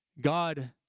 God